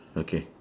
okay